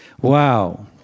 Wow